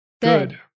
Good